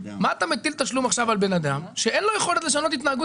מה אתה מטיל תשלום על אדם שאין לו יכולת לשנות התנהגות